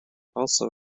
also